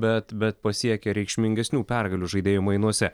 bet bet pasiekia reikšmingesnių pergalių žaidėjų mainuose